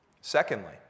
Secondly